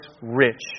rich